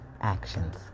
actions